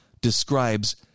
describes